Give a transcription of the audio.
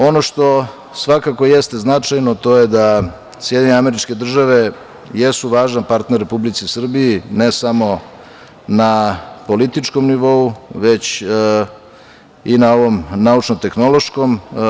Ono što svakako jeste značajno, to je da SAD jesu važan partner Republici Srbiji ne samo na političkom nivou, već i na ovom naučno-tehnološkom.